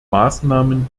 maßnahmen